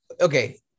okay